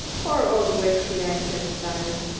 poor old wicksy, i sympathized.